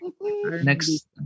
Next